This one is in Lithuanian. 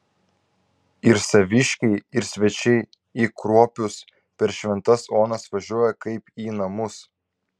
ir saviškiai ir svečiai į kruopius per šventas onas važiuoja kaip į namus